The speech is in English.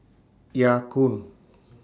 Ya Kun